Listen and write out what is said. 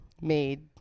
made